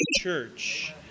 church